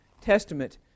Testament